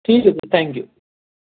ٹھیک ہے sir thank you